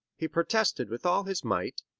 he protested with all his might,